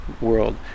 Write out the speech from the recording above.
world